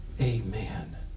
Amen